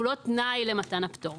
הוא לא תנאי למתן הפטור.